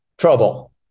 trouble